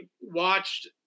watched